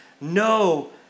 no